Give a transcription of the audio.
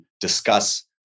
discuss